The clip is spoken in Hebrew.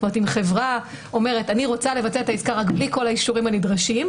אם חברה אומרת אני רוצה לבטל את העסקה רק בלי כל האישורים הנדרשים,